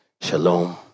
Shalom